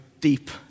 deep